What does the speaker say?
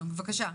בבקשה,